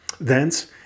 Thence